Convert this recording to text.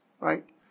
Right